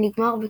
שנגמר בכישלון.